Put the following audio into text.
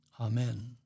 Amen